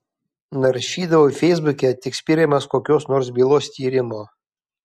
naršydavau feisbuke tik spiriamas kokios nors bylos tyrimo